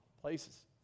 places